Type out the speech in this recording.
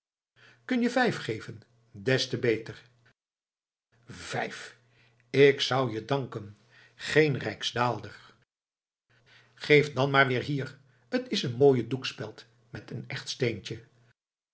kun je vijf geven des te beter vijf k zou je danken geen rijksdaalder geef dan maar weer hier t is een mooie doekspeld met een echt steentje